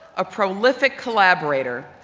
a prolific collaborator,